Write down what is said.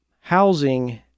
housing